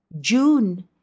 June